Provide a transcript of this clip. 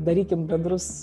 darykim bendrus